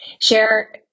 share